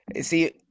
See